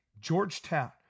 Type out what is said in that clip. Georgetown